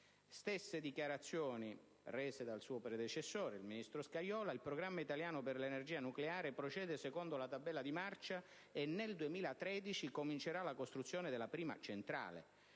Stesse dichiarazioni sono state rese dal suo predecessore, il ministro Scajola: «Il programma italiano per l'energia nucleare procede secondo la tabella di marcia e nel 2013 comincerà la costruzione della prima centrale.